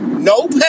No